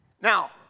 Now